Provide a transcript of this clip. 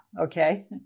okay